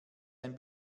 ein